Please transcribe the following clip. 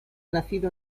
nacido